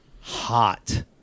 hot